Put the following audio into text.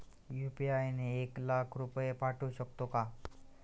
UPI ने एक लाख रुपये पाठवू शकतो का?